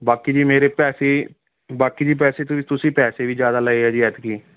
ਬਾਕੀ ਜੀ ਮੇਰੇ ਪੈਸੇ ਬਾਕੀ ਜੀ ਪੈਸੇ ਤੁਸ ਤੁਸੀਂ ਪੈਸੇ ਵੀ ਜ਼ਿਆਦਾ ਲਏ ਆ ਜੀ ਐਤਕੀ